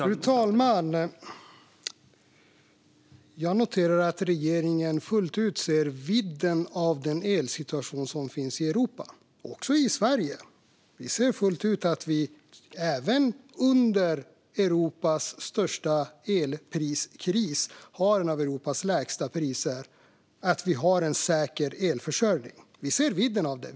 Fru talman! Jag noterar att regeringen fullt ut ser vidden av den elsituation som finns i Europa - också i Sverige. Vi ser fullt ut att Sverige även under Europas största elpriskris har bland Europas lägsta priser och en säker elförsörjning. Vi ser vidden av detta.